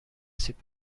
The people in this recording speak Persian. سیب